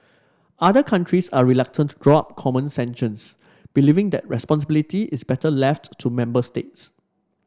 other countries are reluctant to draw up common sanctions believing that responsibility is better left to member states